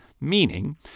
meaning